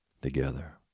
together